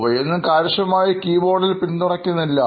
ഇവയൊന്നും കാര്യക്ഷമമായി ഒരു കീബോർഡിൽ പിന്തുണയ്ക്കുന്നില്ല